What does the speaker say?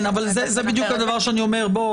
זה בדיוק הדבר שאני אומר,